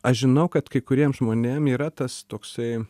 aš žinau kad kai kuriem žmonėm yra tas toksai